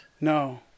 No